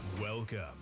Welcome